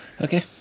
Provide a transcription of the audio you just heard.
Okay